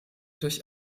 durch